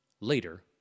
Later